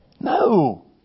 No